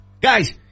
Guys